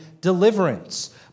deliverance